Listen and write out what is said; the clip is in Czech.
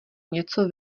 něco